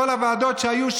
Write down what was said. כל הוועדות שהיו,